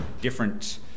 different